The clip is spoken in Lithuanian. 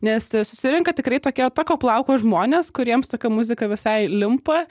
nes susirenka tikrai tokie tokio plauko žmonės kuriems tokia muzika visai limpa